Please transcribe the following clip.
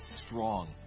strong